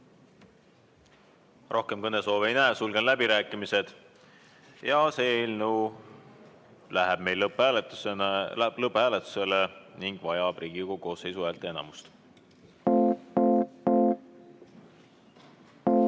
Rohkem kõnesoove ei näe, sulgen läbirääkimised. See eelnõu läheb lõpphääletusele ning vajab Riigikogu koosseisu häälteenamust.